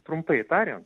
trumpai tariant